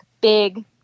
big